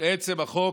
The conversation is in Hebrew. לעצם החוק,